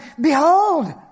behold